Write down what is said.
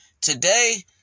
Today